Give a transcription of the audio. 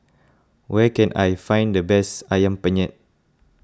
where can I find the best Ayam Penyet